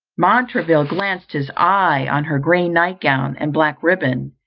montraville glanced his eye on her grey night gown and black ribbon,